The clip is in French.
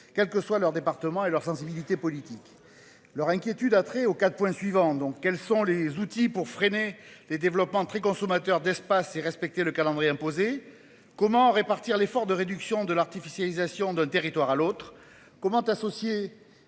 quelle que soit leur département et leur sensibilité politique. Leur inquiétude attrait aux 4 points suivants. Donc quels sont les outils pour freiner les développements très consommateurs d'espace et respecter le calendrier imposé comment répartir l'effort de réduction de l'artificialisation d'un territoire à l'autre comment associer